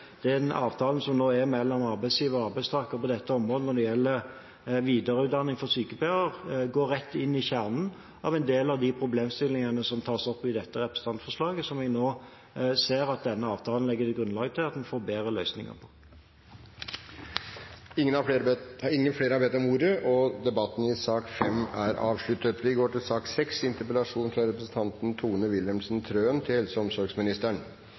den avtalen som nå er inngått mellom arbeidsgiver og arbeidstaker på dette området når det gjelder videreutdanning for sykepleiere, går rett inn i kjernen av en del av de problemstillingene som tas opp i dette representantforslaget. Vi ser nå at denne avtalen legger grunnlaget for at en får bedre løsninger. Flere har ikke bedt om ordet til sak nr. 5. La meg få starte innlegget med en historie: Det banket stille på døren inn til vaktrommet. Utenfor står den eldre damen og